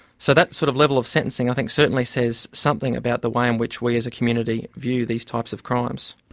so that sort of level of sentencing i think certainly says something about the way in which we as a community view these types of crimes.